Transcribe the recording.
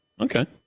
Okay